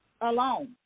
alone